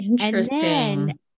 Interesting